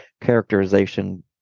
characterization